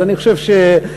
אז אני חושב שכן,